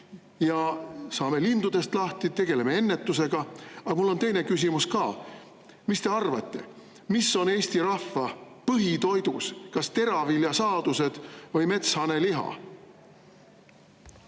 ja saame lindudest lahti, tegeleme ennetusega. Aga mul on teine küsimus ka: mis te arvate, mis on Eesti rahva põhitoidus, kas teraviljasaadused või metshane liha?